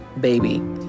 baby